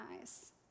eyes